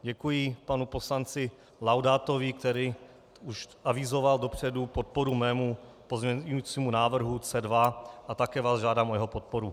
Děkuji panu poslanci Laudátovi, který už avizoval dopředu podporu mému pozměňujícímu návrhu C2, a také vás žádám o jeho podporu.